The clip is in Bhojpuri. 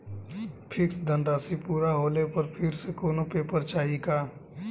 फिक्स धनराशी पूरा होले पर फिर से कौनो पेपर चाही का?